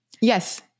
Yes